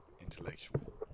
intellectual